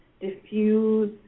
diffuse